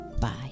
bye